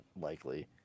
likely